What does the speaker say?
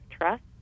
trust